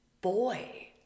boy